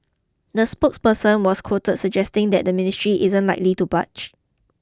the spokesperson was quoted suggesting that the ministry isn't likely to budge